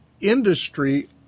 industry